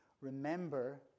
remember